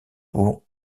pour